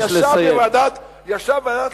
ישב בוועדת הכספים,